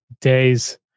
days